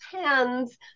hands